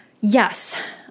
yes